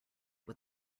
what